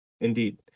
Indeed